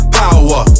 power